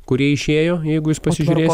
kurie išėjo jeigu jūs pasižiūrėsit